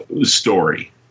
story